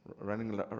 running